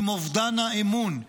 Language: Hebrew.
עם אובדן האמון.